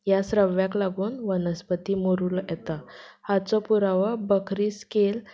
ह्या श्रव्याक लागून वनस्पती मरूळ येता हाचो पुरावो बकरी स्केल